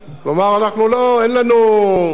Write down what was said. כלומר אנחנו אין לנו מדיניות,